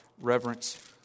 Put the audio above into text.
reverence